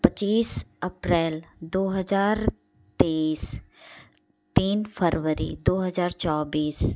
पच्चीस अप्रेल दो हजार तेईस तीन फरबरी दो हजार चौबीस